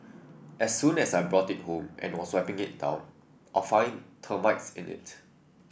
as soon as I brought it home and also I wipe it down I found termites in it